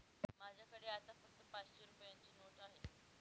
माझ्याकडे आता फक्त पाचशे रुपयांची नोट आहे